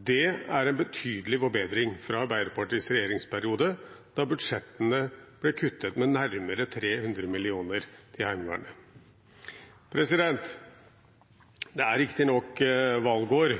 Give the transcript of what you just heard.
Det er en betydelig forbedring fra Arbeiderpartiets regjeringsperiode, da budsjettene til Heimevernet ble kuttet med nærmere 300 mill. kr. Det er riktignok valgår,